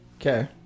Okay